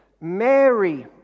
Mary